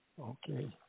Okay